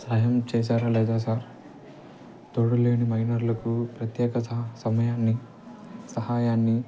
సహాయం చేసారా లేదా సార్ తోడు లేని మైనర్లకు ప్రత్యేక స సమయాన్ని సహాయాన్ని